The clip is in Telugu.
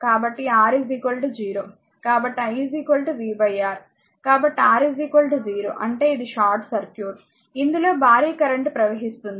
కాబట్టి R 0 కాబట్టి i v R కాబట్టి R 0 అంటే ఇది షార్ట్ సర్క్యూట్ ఇందులో భారీ కరెంట్ ప్రవహిస్తుంది